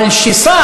אבל ששר,